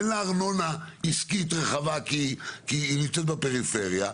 אין לה ארנונה עסקית רחבה כי היא נמצאת בפריפריה.